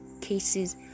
cases